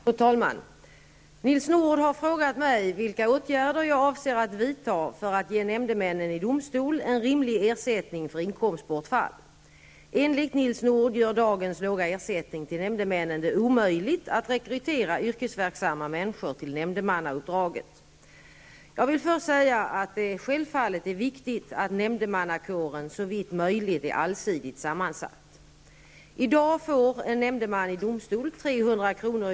Fru talman! Nils Nordh har frågat mig vilka åtgärder jag avser att vidta för att ge nämndemännen i domstol en rimlig ersättning för inkomstbortfall. Enligt Nils Nordh gör dagens låga ersättning till nämndemännen det omöjligt att rekrytera yrkesverksamma människor till nämndemannauppdraget. Jag vill först säga att det självfallet är viktigt att nämndemannakåren såvitt möjligt är allsidigt sammansatt. I dag får en nämndeman i domstol 300 kr.